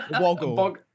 Woggle